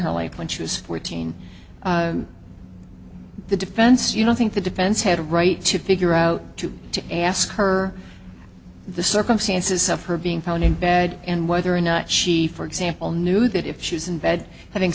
her life when she was fourteen the defense you don't think the defense had a right to figure out to to ask her the circumstances of her being felony and whether or not she for example knew that if she was in bed having